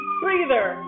breather